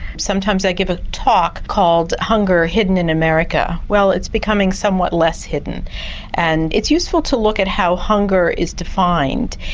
sometimes i give a talk called hunger hidden in america. well it's becoming somewhat less hidden and it's useful to look at how hunger is defined.